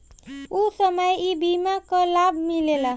ऊ समय ई बीमा कअ लाभ मिलेला